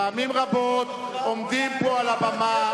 פעמים רבות עומדים פה על הבמה,